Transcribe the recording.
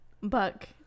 Buck